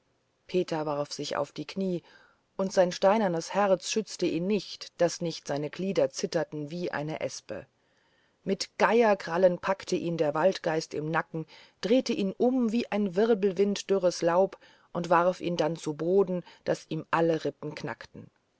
peter warf sich auf die knie und sein steinernes herz schützte ihn nicht daß nicht seine glieder zitterten wie eine espe mit geierskrallen packte ihn der waldgeist im nacken drehte ihn um wie ein wirbelwind dürres laub und warf ihn dann zu boden daß ihm alle rippen knackten